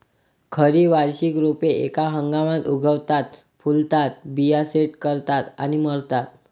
खरी वार्षिक रोपे एका हंगामात उगवतात, फुलतात, बिया सेट करतात आणि मरतात